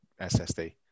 ssd